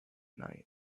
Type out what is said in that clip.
night